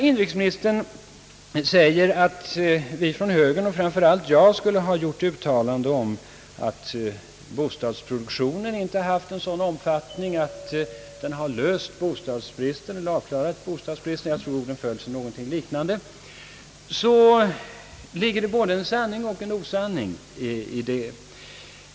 Inrikesministern gjorde vidare gällande att vi från högern — och framför allt jag — skulle ha gjort uttalanden, som gått ut på att bostadsproduktionen inte haft en sådan omfattning att bostadsbristen kunnat avklaras. Det ligger både en sanning och en osanning i detta hans påstående.